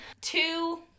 two